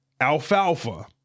Alfalfa